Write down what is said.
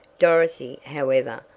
dorothy, however,